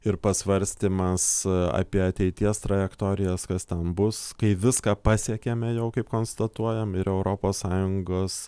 ir pasvarstymas apie ateities trajektorijas kas ten bus kai viską pasiekėme jau kaip konstatuojam ir europos sąjungos